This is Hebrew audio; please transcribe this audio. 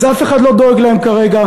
אז אף אחד לא דואג להם כרגע,